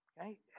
okay